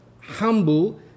humble